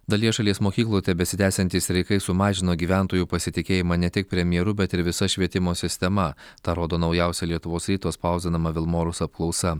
dalyje šalies mokyklų tebesitęsiantys streikai sumažino gyventojų pasitikėjimą ne tik premjeru bet ir visa švietimo sistema tą rodo naujausia lietuvos ryto spausdinama vilmorus apklausa